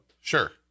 sure